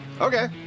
Okay